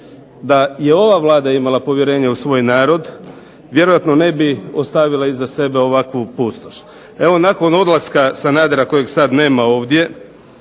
da je ova Vlada imala povjerenje u svoj narod vjerojatno ne bi ostavila iza sebe ovakvu pustoš. Evo nakon odlaska Sanadera kojeg sad nema ovdje